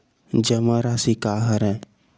जमा राशि राशि का हरय?